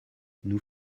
nous